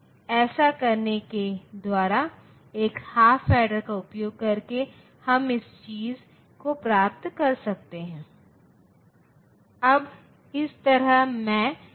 इसलिए 7 बिट में 55 का प्रतिनिधित्व इस प्रकार है 0 पहला बिट 0110111 होना चाहिए इस जोड़ को करे